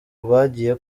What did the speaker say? rwagiye